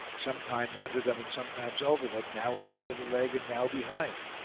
sometimes under them and sometimes over them, now in front of the leg and now behind.